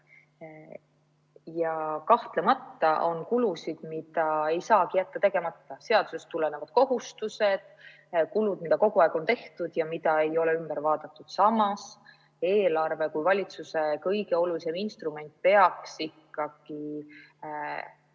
Kahtlemata on kulusid, mida ei saa jätta tegemata: seadusest tulenevad kohustused, kulud, mida on kogu aeg tehtud ja mida ei ole ümber vaadatud. Samas, eelarve kui valitsuse kõige olulisem instrument peaks ikkagi